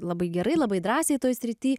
labai gerai labai drąsiai toj srity